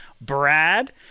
Brad